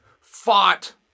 fought